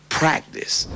practice